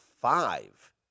five